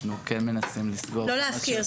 אנחנו כן מנסים לסגור כמה שיותר --- לא להפקיר,